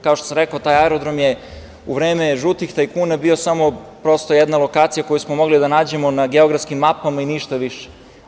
Kao što sam rekao, taj aerodrom je u vreme žutih tajkuna bio samo jedna lokacija koju smo mogli da nađemo na geografskim mapama i ništa više.